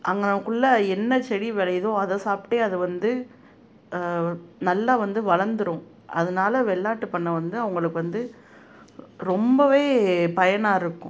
அங்கேனக்குள்ள என்ன செடி விளையுதோ அதை சாப்பிட்டே அது வந்து நல்லா வந்து வளர்ந்துரும் அதனால வெள்ளாட்டுப் பண்ணை வந்து அவர்களுக்கு வந்து ரொம்பவே பயனாக இருக்கும்